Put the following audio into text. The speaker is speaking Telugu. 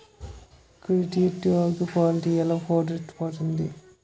కుడితి ఎట్టు ఆవుకి పాలు తీయెలా పొద్దు పోతంది